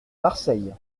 marseille